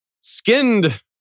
skinned